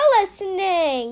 listening